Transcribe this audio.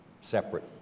separate